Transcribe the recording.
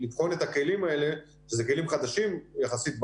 לבחון את הכלים האלה שאלה כלים חדשים יחסית בעולם.